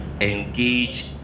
engage